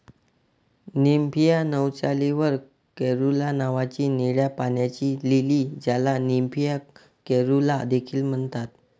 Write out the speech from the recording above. Nymphaea नौचाली वर caerulea नावाची निळ्या पाण्याची लिली, ज्याला निम्फिया कॅरुला देखील म्हणतात